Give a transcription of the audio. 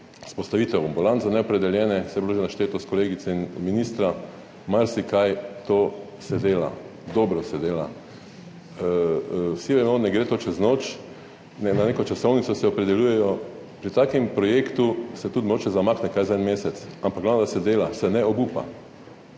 vzpostavitev ambulant za neopredeljene, saj je bilo že našteto od kolegice in ministra marsikaj, to se dela. Dobro se dela. Vsi vemo, ne gre to čez noč. Na neko časovnico se opredeljujejo. Pri takem projektu se tudi mogoče zamakne kaj za en mesec, ampak glavno, da se dela, se ne obupa.